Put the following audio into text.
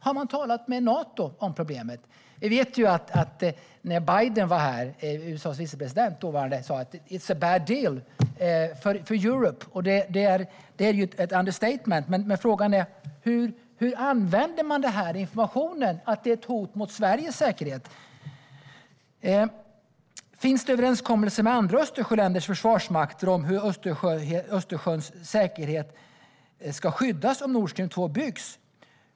Har man talat med Nato om problemet? Vi vet ju att när Biden, USA:s dåvarande vicepresident, var här sa han: "It's a bad deal for Europe." Detta är ett understatement. Men hur använder man informationen om att det är ett hot mot Sveriges säkerhet? Finns det överenskommelser med andra Östersjöländers försvarsmakter om hur Östersjöns säkerhet ska skyddas om Nord Stream 2 byggs?